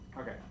Okay